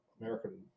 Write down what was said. American